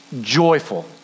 joyful